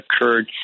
occurred